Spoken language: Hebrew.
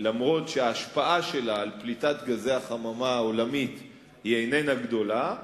אף-על-פי שההשפעה שלה על פליטת גזי החממה העולמית איננה גדולה.